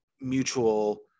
mutual